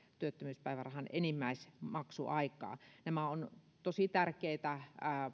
työttömyyspäivärahan enimmäismaksuaikaa nämä ovat tosi tärkeitä